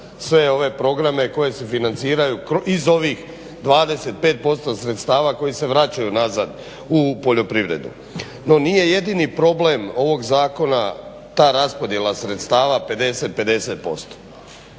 sve ove programe koji se financiraju iz ovih 25% sredstava koji se vraćaju nazad u poljoprivredu. No, nije jedini problem ovog zakona ta raspodjela sredstava 50:50